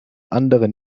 anderen